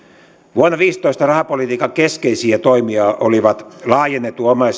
vuonna viisitoista rahapolitiikan keskeisiä toimia olivat laajennetun